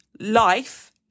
life